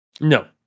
no